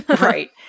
Right